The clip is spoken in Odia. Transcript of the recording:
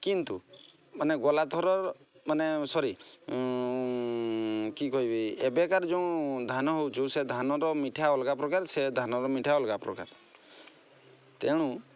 କିନ୍ତୁ ମାନେ ଗଲାଥର ମାନେ ସୋରି କି କହିବି ଏବେକାର ଯେଉଁ ଧାନ ହେଉଛୁ ସେ ଧାନର ମିଠା ଅଲଗା ପ୍ରକାର ସେ ଧାନର ମିଠା ଅଲଗା ପ୍ରକାର ତେଣୁ